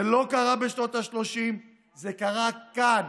זה לא קרה בשנות השלושים, זה קרה כאן,